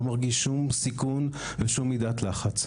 לא מרגיש שום סיכון ושום מידת לחץ.